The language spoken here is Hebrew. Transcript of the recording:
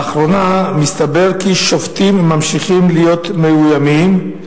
לאחרונה מסתבר כי שופטים ממשיכים להיות מאוימים,